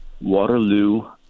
Waterloo